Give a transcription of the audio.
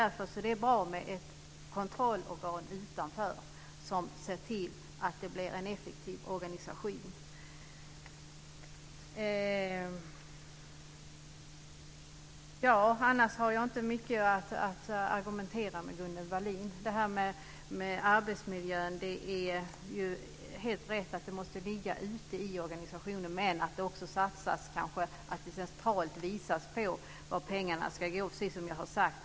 Därför är det bra med ett kontrollorgan utanför som ser till att det blir en effektiv organisation. Annars har jag inte mycket att argumentera med Gunnel Wallin om. Det är helt rätt att det här med arbetsmiljön måste ligga ute i organisationen, men det kanske också centralt måste visas på vart pengarna ska gå, precis som jag har sagt.